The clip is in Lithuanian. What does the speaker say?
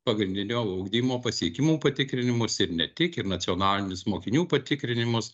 pagrindinio ugdymo pasiekimų patikrinimus ir ne tik ir nacionalinius mokinių patikrinimus